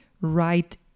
right